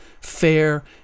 fair